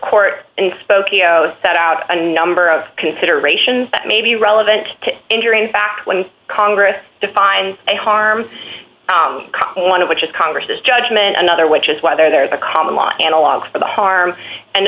has set out a number of considerations that may be relevant to injure in fact when congress define harm one of which is congress's judgment another which is whether there's a common law analog for the harm and